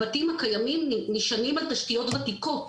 הבתים הקיימים נשענים על תשתיות ותיקות,